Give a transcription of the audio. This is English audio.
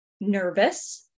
nervous